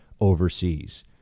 overseas